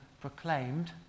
proclaimed